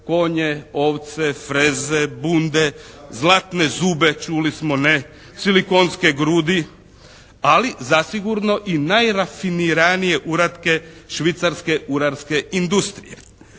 Konje, ovce, freze, bunde, zlatne zube, čuli smo ne? Silikonske grudi. Ali zasigurno najrafiniranije uratke švicarske urarske industrije.